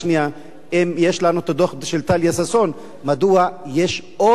אם יש לנו הדוח של טליה ששון, מדוע יש דוח נוסף?